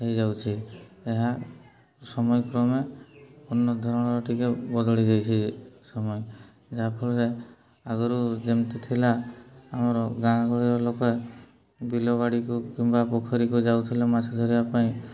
ହୋଇଯାଉଛି ଏହା ସମୟକ୍ରମେ ଉନ୍ନତ ଧରଣର ଟିକେ ବଦଳି ଯାଇଛି ସମୟ ଯାହାଫଳରେ ଆଗରୁ ଯେମିତି ଥିଲା ଆମର ଗାଁ ଗହଳିର ଲୋକ ବିଲବାଡ଼ିକୁ କିମ୍ବା ପୋଖରୀକୁ ଯାଉଥିଲେ ମାଛ ଧରିବା ପାଇଁ